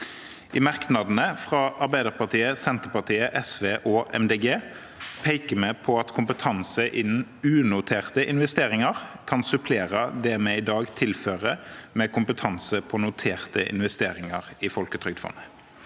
I merknadene fra Arbeiderpartiet, Senterpartiet, SV og Miljøpartiet De Grønne peker vi på at kompetanse innen unoterte investeringer kan supplere det vi i dag tilfører med kompetanse på noterte investeringer i Folketrygdfondet.